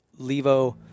Levo